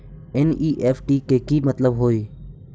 NEFT के कि मतलब होइ?